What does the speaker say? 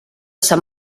sant